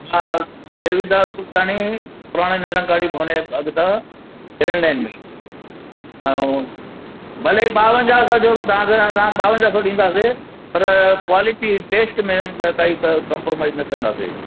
हा देवीदास कुटाणी पुराणे निरंकारी भवण जे अॻितां हिन लाइन में ई अऊं भले ॿावंजाहु सौ चयो तांखे असां ॿावंजाहु सौ ॾींदासीं पर क्वालिटी टेस्ट में काई त कम्प्रोमाइज़ न कंदासीं